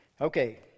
Okay